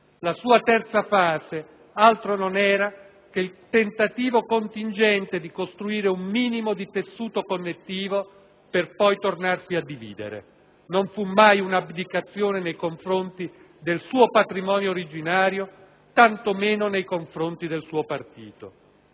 la sua terza fase altro non era che il tentativo contingente di costruire un minimo di tessuto connettivo, per poi tornare a dividerci; non fu mai un'abdicazione nei confronti del suo patrimonio originario, tanto meno nei confronti del suo partito.